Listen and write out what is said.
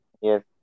Yes